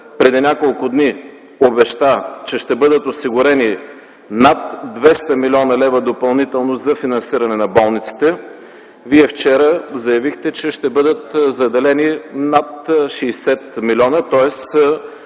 преди няколко дни обеща, че ще бъдат осигурени над 200 млн. лв. допълнително за финансиране на болниците, Вие вчера заявихте, че ще бъдат заделени над 60 милиона? Тоест